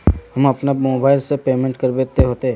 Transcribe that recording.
हम अपना मोबाईल से पेमेंट करबे ते होते?